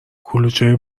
کلوچه